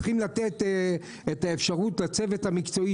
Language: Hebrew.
צריך לתת את האפשרות לצוות המקצועי,